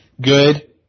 good